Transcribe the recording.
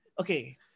Okay